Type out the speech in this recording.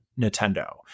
Nintendo